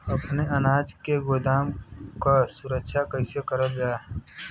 अपने अनाज के गोदाम क सुरक्षा कइसे करल जा?